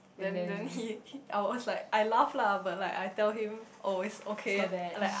then then he I was like I laugh lah but like I tell him oh it's okay I like